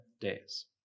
days